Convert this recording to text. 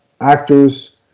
actors